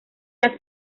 las